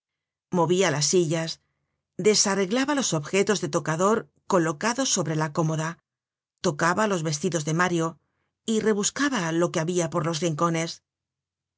movia las sillas desarreglaba los objetos de tocador colocados sobre la cómoda tocaba los vestidos de mario y rebuscaba lo que habia por los rincones